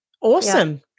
awesome